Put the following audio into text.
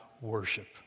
worship